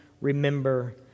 remember